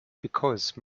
because